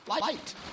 light